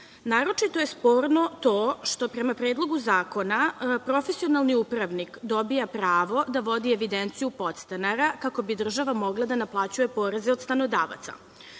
Naročito je sporno to što, prema Predlogu zakona, profesionalni upravnik dobija pravo da vodi evidenciju podstanara, kako bi država mogla da naplaćuje poreze od stanodavaca.